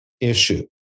issue